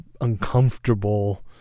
uncomfortable